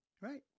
right